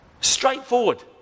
Straightforward